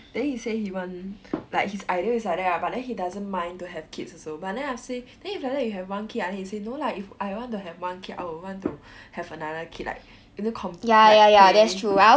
then he say he want like his idea is like that lah but then he doesn't mind to have kids also but I say then if like that you have one kid ah then he say no lah if I want to have one kid I would want to have another kid like you know com~ like play